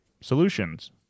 solutions